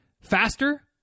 faster